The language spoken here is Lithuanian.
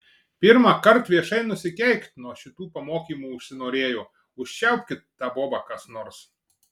pirmąkart viešai nusikeikt nuo šitų pamokymų užsinorėjo užčiaupkit tą bobą kas nors